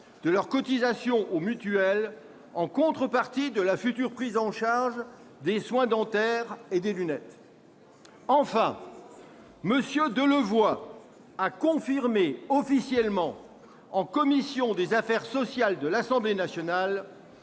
de leurs cotisations aux mutuelles en contrepartie de la future prise en charge des soins dentaires et des lunettes. C'est faux ! Enfin, M. Delevoye a confirmé officiellement devant la commission des affaires sociales de l'Assemblée nationale